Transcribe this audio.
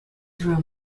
through